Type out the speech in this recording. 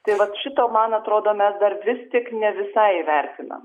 tai vat šito man atrodo mes dar vis tik ne visai įvertinam